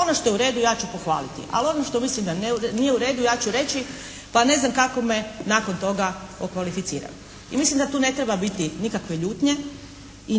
Ono što je u redu ja ću pohvaliti. Ali ono što mislim da nije u redu ja ću reći pa ne znam kako me nakon toga okvalificirali. I mislim da tu ne treba biti nikakve ljutnje i